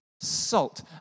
salt